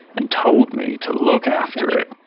and told me to look after it,